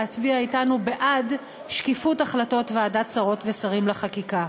להצביע אתנו בעד שקיפות החלטות ועדת שרות ושרים לחקיקה.